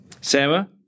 Sarah